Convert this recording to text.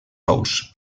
ous